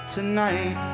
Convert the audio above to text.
Tonight